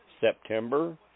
September